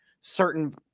certain